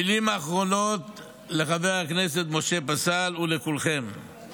מילים אחרונות לחבר הכנסת משה פסל ולכולכם: